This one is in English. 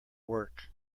work